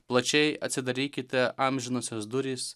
plačiai atsidarykite amžinosios durys